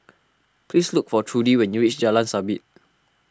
please look for Trudy when you reach Jalan Sabit